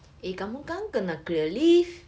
eh kamu kan kena clear leave